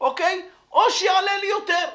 או שיעלה לי יותר.